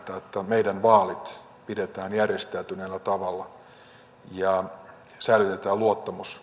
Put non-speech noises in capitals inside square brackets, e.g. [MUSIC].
meidän vaalimme pidetään järjestäytyneellä tavalla ja säilytetään luottamus [UNINTELLIGIBLE]